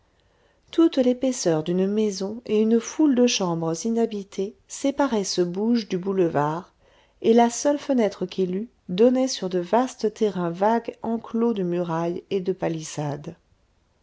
toute l'épaisseur d'une maison et une foule de chambres inhabitées séparaient ce bouge du boulevard et la seule fenêtre qu'il eût donnait sur de vastes terrains vagues enclos de murailles et de palissades